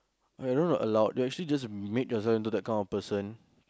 I don't know allowed you actually just made yourself into that kind of person